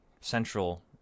central